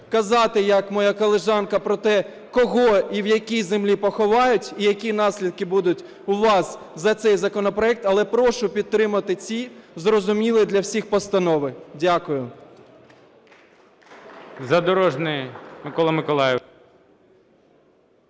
казати, як моя колежанка, про те, кого і в якій землі поховають, і які наслідки будуть у вас за цей законопроект, але прошу підтримати ці зрозумілі для всіх постанови. Дякую.